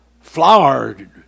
flowered